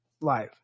life